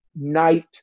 night